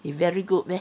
he very good meh